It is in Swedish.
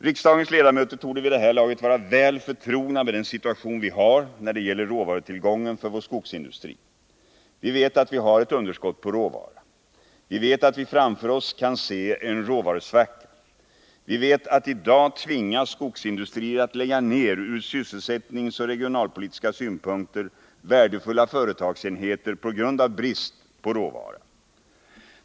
Riksdagens ledamöter torde vid det här laget vara väl förtrogna med den situation vi har när det gäller råvarutillgången för vår skogsindustri. Vi vet att vi har ett underskott på råvara. Vi vet att vi framför oss kan se en råvarusvacka. Vi vet att i dag tvingas skogsindustrier att lägga ned från sysselsättningsoch regionalpolitiska synpunkter värdefulla företagsenheter på grund av brist på råvara.